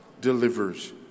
delivers